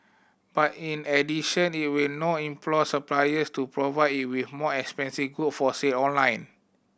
but in addition it will now implore suppliers to provide it with more expensive good for sale online